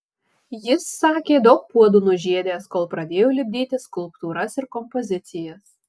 jis sakė daug puodų nužiedęs kol pradėjo lipdyti skulptūras ir kompozicijas